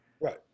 Right